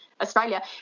australia